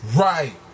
Right